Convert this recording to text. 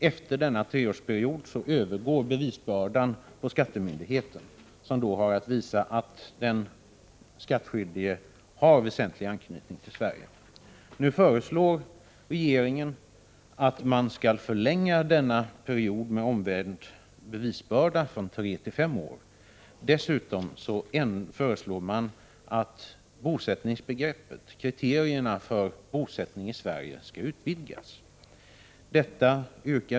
Efter denna treårsperiod övergår bevisbördan till skattemyndigheterna, som då har att visa att den skattskyldige har väsentlig anknytning till Sverige. Nu föreslår regeringen att man skall förlänga denna period med omvänd bevisbörda från tre till fem år. Dessutom föreslås att bosättningsbegreppet, kriterierna för bosättning i Sverige skall utvidgas.